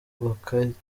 bakibyiruka